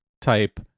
type